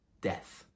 death